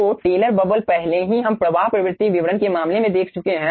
तो Taylor bubble पहले ही हम प्रवाह प्रवृत्ति विवरण के मामले में देख चुके हैं